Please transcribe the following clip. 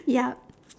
yup